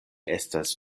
estas